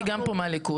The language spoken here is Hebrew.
גם אני פה מהליכוד,